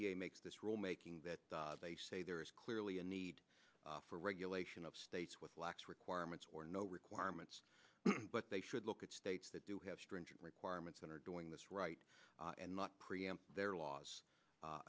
a makes this rule making that they say there is clearly a need for regulation of states with lax requirements or no requirements but they should look at states that do have stringent requirements that are doing this right and not preempt their laws